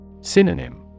Synonym